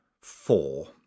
Four